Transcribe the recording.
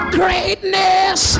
greatness